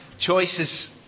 Choices